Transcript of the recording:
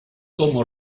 como